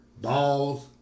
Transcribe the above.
balls